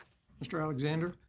mr. alexander.